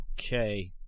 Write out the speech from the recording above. okay